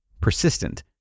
persistent